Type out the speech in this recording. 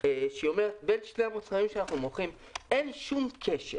שהיא אומרת שבין שני המוצרים שהיא מוכרת אין שום קשר